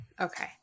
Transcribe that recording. okay